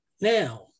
now